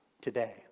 today